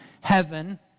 heaven